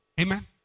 Amen